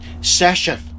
session